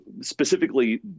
specifically